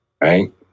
right